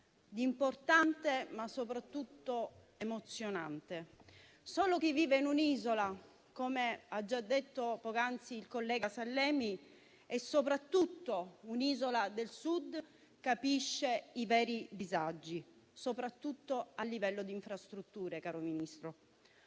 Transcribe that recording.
importante ma soprattutto emozionante. Solo chi vive in un'isola, come ha già detto poc'anzi il collega Sallemi, soprattutto se un'isola del Sud, capisce i veri disagi, specie a livello di infrastrutture, caro Ministro.